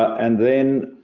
and then